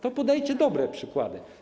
To podajcie dobre przykłady.